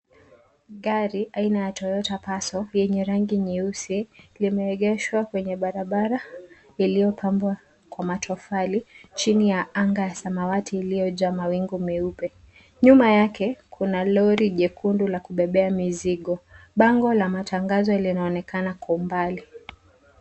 Gari aina ya Toyota passo lenye rangi nyeusi limeegeshwa kwenye barabara iliyo pambwa kwa matofali chini ya anga ya samawati iliyo jaa mawingu meupe. Nyuma yake kuna kori jekundu la kubebea mizigo. Bango la matangazo linaonekana kwa umbali.